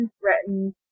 threatened